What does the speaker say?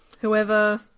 Whoever